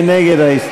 מי נגד?